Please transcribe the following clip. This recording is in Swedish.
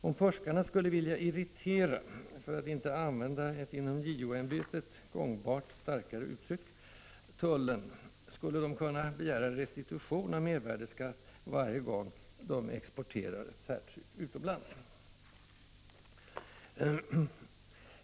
Om forskarna skulle vilja irritera — för att inte använda ett inom JO-ämbetet gångbart, starkare uttryck — tullen, skulle de kunna begära restitution av mervärdeskatt varje gång de exporterar ett särtryck utomlands.